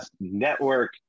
network